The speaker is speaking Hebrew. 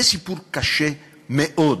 זה סיפור קשה מאוד,